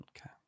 Okay